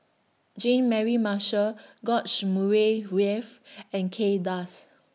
Jean Mary Marshall George Murray Reith and Kay Das